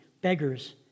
beggars